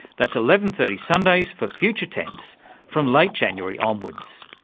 that's eleven. thirty sundays for future tense from late january onwards.